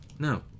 No